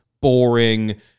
boring